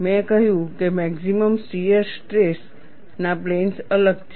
મેં કહ્યું કે મેક્સિમમ શીયર સ્ટ્રેસ ના પ્લેન્સ અલગ છે